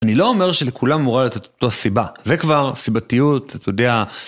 אני לא אומר שלכולם הוא רואה את אותה סיבה. זו כבר סיבתיות, אתה יודע...